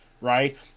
right